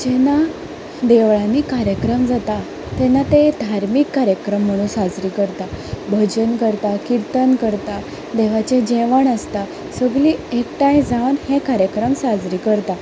जेन्ना देवळांनी कार्यक्रम जाता तेन्ना ते धार्मीक कार्यक्रम म्हणून साजरे करता भजन करता किर्तन करता देवाचें जेवण आसता सगळीं एकठांय जावन हे कार्यक्रम साजरे करता